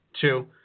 two